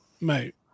Mate